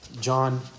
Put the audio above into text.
John